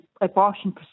abortion